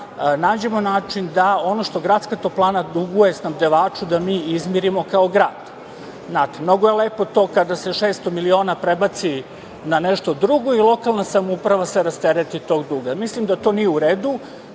nađemo način da ono što Gradska toplana duguje snabdevaču mi izmirimo kao grad. Znate, mnogo je lepo to kada se 600 miliona prebaci na nešto drugo i lokalna samouprave se rastereti tog duga. Mislim da to nije u redu,